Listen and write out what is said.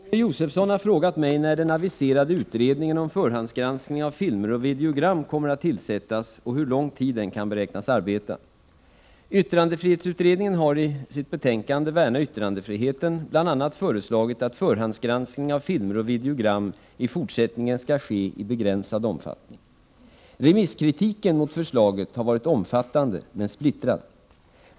Herr talman! Inger Josefsson har frågat mig när den aviserade utredningen om förhandsgranskning av filmer och videogram kommer att tillsättas och hur lång tid den kan beräknas arbeta. Yttrandefrihetsutredningen har i betänkandet Värna yttrandefriheten bl.a. föreslagit att förhandsgranskning av filmer och videogram i fortsättningen skall ske i begränsad omfattning. Remisskritiken mot förslaget har varit omfattande men splittrad.